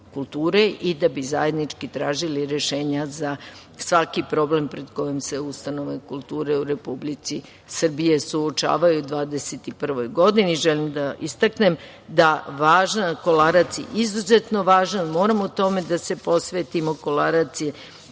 i da bi zajednički tražili rešenja za svaki problem pred kojim se ustanove kulture u Republici Srbiji suočavaju u 2021. godini. Želim da istaknem da je Kolarac izuzetno važan. Moramo tome da se posvetimo. Kolarac je